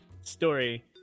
story